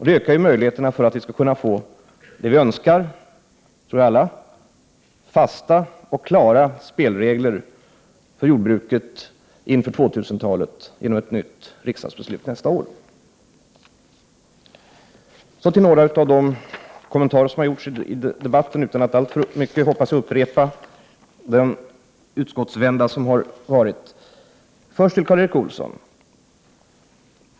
Det ökar möjligheterna för att vi skall få det som jag tror vi alla önskar, nämligen fasta och klara spelregler för jordbruket inför 2000-talet genom ett nytt riksdagsbeslut nästa år. Sedan vill jag ta upp några av de kommentarer som har gjorts i debatten 41 utan att för den skull alltför mycket upprepa den utskottsrunda som just avslutats. Först till Karl Erik Olsson.